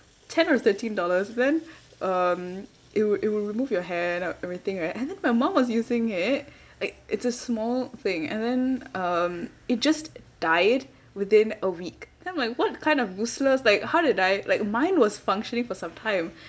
ten or thirteen dollars then um it would it would remove your hair and everything right and then my mum was using it like it's a small thing and then um it just died within a week then I'm like what kind of useless like how did I like mine was functioning for sometime